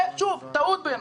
שוב, זו טעות בעיניי.